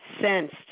sensed